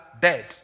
Dead